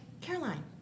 Caroline